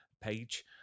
page